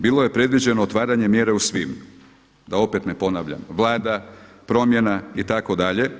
Bilo je predviđeno otvaranje mjere u svibnju da opet ne ponavljam Vlada, promjena itd.